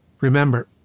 Remember